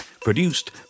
produced